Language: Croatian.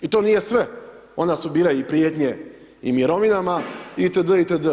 I to nije sve, onda su bile i prijetnje i mirovinama itd., itd.